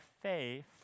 faith